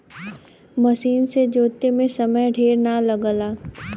मसीन से जोते में समय ढेर ना लगला